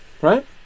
Right